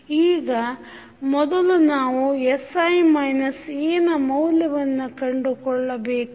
ಈಗ ಮೊದಲು ನಾವು sI A ನ ಮೌಲ್ಯವನ್ನು ಕಂಡುಕೊಳ್ಳಬೇಕು